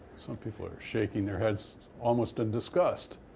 some people are shaking their heads almost in disgust.